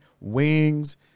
wings